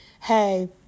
Hey